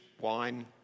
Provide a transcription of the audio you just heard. wine